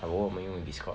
ah bo 我们用 Discord